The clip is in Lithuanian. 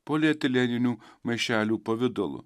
polietileninių maišelių pavidalu